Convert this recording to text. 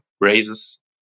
raises